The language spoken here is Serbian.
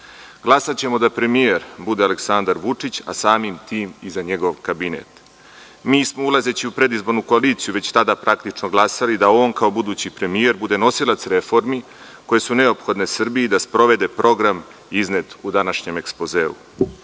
Glasaćemo da premijer bude Aleksandar Vučić, a samim tim i za njegov kabinet. Mi smo, ulazeći u predizbornu koaliciju, već tada praktično glasali da on, kao budući premijer, bude nosilac reformi koje su neophodne Srbiji da sprovede program iznet u današnjem ekspozeu. Godinama